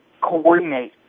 coordinate